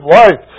life